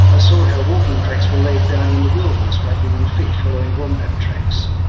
i saw how walking tracks were laid down in the wilderness by human feet following wombat tracks,